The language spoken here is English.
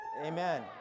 Amen